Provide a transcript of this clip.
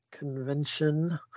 convention